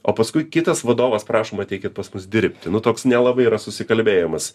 o paskui kitas vadovas prašom ateikit pas mus dirbti nu toks nelabai yra susikalbėjimas